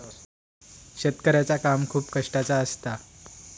शेतकऱ्याचा काम खूप कष्टाचा असता